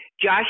Josh